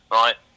right